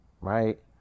right